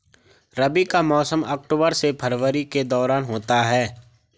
रबी का मौसम अक्टूबर से फरवरी के दौरान होता है